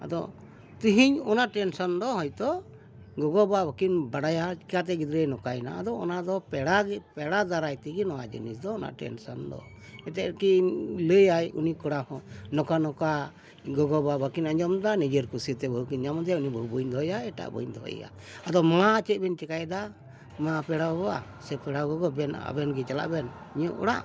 ᱟᱫᱚ ᱛᱤᱦᱤᱧ ᱚᱱᱟ ᱴᱮᱱᱥᱚᱱ ᱫᱚ ᱦᱚᱭᱛᱚ ᱜᱚᱜᱚᱼᱵᱟᱵᱟ ᱵᱟᱹᱠᱤᱱ ᱵᱟᱰᱟᱭᱟ ᱪᱤᱠᱟᱹᱛᱮ ᱜᱤᱫᱽᱨᱟᱹᱭ ᱱᱚᱝᱟᱭᱱᱟ ᱟᱫᱚ ᱚᱱᱟ ᱫᱚ ᱯᱮᱲᱟ ᱯᱮᱲᱟ ᱫᱟᱨᱟᱭ ᱛᱮᱜᱮ ᱱᱚᱣᱟ ᱡᱤᱱᱤᱥ ᱫᱚ ᱚᱱᱟ ᱴᱮᱱᱥᱚᱱ ᱫᱚ ᱮᱱᱛᱮᱫ ᱠᱤᱱ ᱞᱟᱹᱭᱟᱭ ᱩᱱᱤ ᱠᱚᱲᱟ ᱦᱚᱸ ᱱᱚᱝᱠᱟ ᱱᱚᱝᱠᱟ ᱜᱚᱜᱚᱼᱵᱟᱵᱟ ᱵᱟᱹᱠᱤᱱ ᱟᱸᱡᱚᱢᱫᱟ ᱱᱤᱡᱮᱨ ᱠᱩᱥᱤ ᱛᱮ ᱵᱟᱹᱦᱩ ᱠᱤᱱ ᱧᱟᱢ ᱟᱫᱮᱭᱟ ᱩᱱᱤ ᱵᱟᱹᱦᱩ ᱵᱟᱹᱧ ᱫᱚᱦᱚᱭᱟ ᱮᱴᱟᱜ ᱵᱟᱹᱦᱩᱧ ᱫᱚᱦᱚᱭᱟ ᱟᱫᱚ ᱢᱟ ᱪᱮᱫ ᱵᱮᱱ ᱪᱤᱠᱟᱹᱭᱮᱫᱟ ᱢᱟ ᱯᱮᱲᱟ ᱵᱟᱵᱟ ᱥᱮ ᱯᱮᱲᱟ ᱜᱚᱜᱚ ᱵᱮᱱ ᱟᱵᱮᱱ ᱜᱮ ᱪᱟᱞᱟᱜ ᱵᱮᱱ ᱤᱧᱟᱹᱜ ᱚᱲᱟᱜ